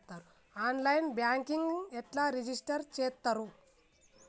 On line banking ఎట్లా register చేత్తరు?